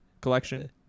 collection